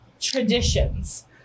traditions